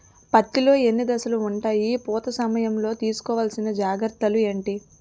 పత్తి లో ఎన్ని దశలు ఉంటాయి? పూత సమయం లో తీసుకోవల్సిన జాగ్రత్తలు ఏంటి?